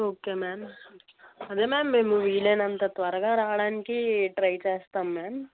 okay ma'am అదే ma'am మేము వీలైనంత త్వరగా రావడానికి ట్రై చేస్తాము మ్యామ్